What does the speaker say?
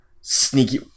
sneaky